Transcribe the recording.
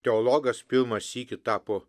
teologas pirmą sykį tapo